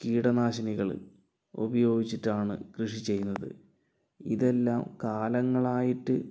കീടനാശിനികൾ ഉപയോഗിച്ചിട്ടാണ് കൃഷി ചെയ്യുന്നത് ഇതെല്ലാം കാലങ്ങളായിട്ട്